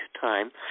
time